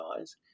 eyes